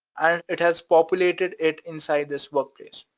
ah it has populated it inside this workplace,